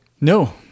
No